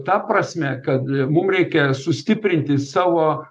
ta prasme kad mum reikia sustiprinti savo